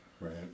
Right